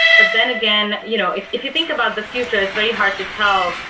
but then again you know if if you think about the future, it's very hard to tell,